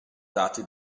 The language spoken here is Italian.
dati